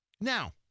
Now